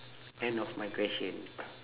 end of my question